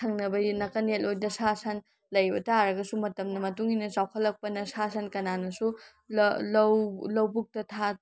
ꯊꯪꯅꯕ ꯅꯥꯀꯟ ꯌꯦꯠ ꯑꯣꯏꯗ ꯁꯥ ꯁꯟ ꯂꯩꯕ ꯇꯥꯔꯒꯁꯨ ꯃꯇꯝꯒꯤ ꯃꯇꯨꯡꯏꯟꯅ ꯆꯥꯎꯈꯠꯂꯛꯄꯅ ꯁꯥ ꯁꯟ ꯀꯅꯥꯅꯁꯨ ꯂꯕꯨꯛꯇ